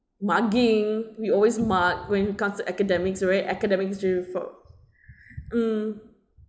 mugging we always mug when it comes to academics right academics drill folk mm